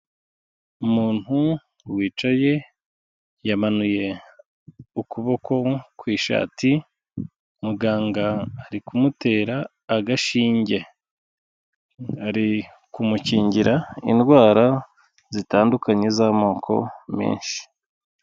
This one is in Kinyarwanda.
Umuntu wicaye yamanuye ukuboko kw'ishati muganga ari kumutera agashinge, ari kumukingira indwara zitandukanye z'amoko menshi.